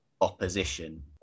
opposition